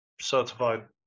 certified